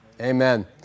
Amen